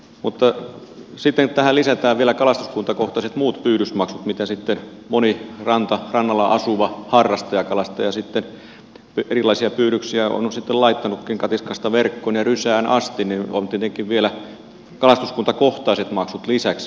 mutta sitten kun tähän lisätään vielä kalastuskuntakohtaiset muut pyydysmaksut mitä moni rannalla asuva harrastajakalastaja erilaisia pyydyksiä on sitten laittanutkin katiskasta verkkoon ja rysään asti niin on tietenkin vielä kalastuskuntakohtaiset maksut lisäksi olemassa